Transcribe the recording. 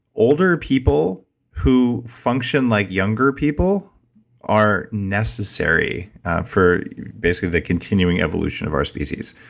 older people who function like younger people are necessary for basically the continuing evolution of our species.